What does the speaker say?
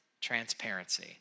transparency